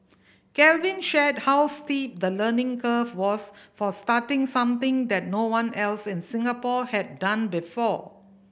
Calvin shared how steep the learning curve was for starting something that no one else in Singapore had done before